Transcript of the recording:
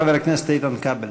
חבר הכנסת איתן כבל.